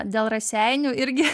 dėl raseinių irgi